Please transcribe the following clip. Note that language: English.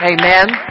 Amen